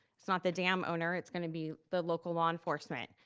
it's not the dam owner, it's gonna be the local law enforcement.